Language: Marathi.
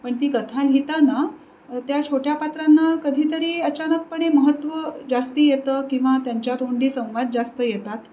पण ती कथा लिहिताना त्या छोट्या पात्रांना कधीतरी अचानकपणे महत्त्व जास्त येतं किंवा त्यांच्या तोंडी संवाद जास्त येतात